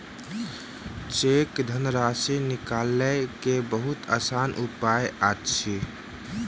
cheque धनराशि निकालय के बहुत आसान उपाय अछि